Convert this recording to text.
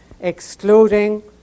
excluding